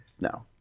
no